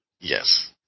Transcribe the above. yes